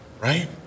right